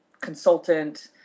consultant